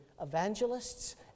evangelists